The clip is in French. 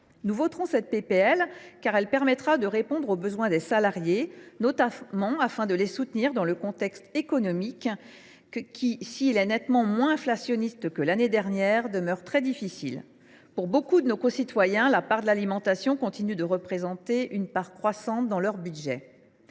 proposition de loi, car elle permettra de répondre aux besoins des salariés, notamment afin de soutenir ces derniers dans le contexte économique qui, s’il est nettement moins inflationniste que l’année dernière, demeure très difficile. Pour nombre de nos concitoyens, l’alimentation continue de représenter une part croissante dans leur budget.